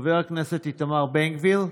חבר הכנסת איתמר בן גביר,